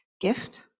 gift